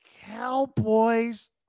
Cowboys